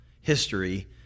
history